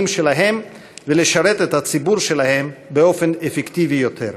שלהם ולשרת את הציבור שלהם באופן אפקטיבי יותר.